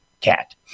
cat